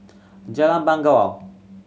Jalan Bangau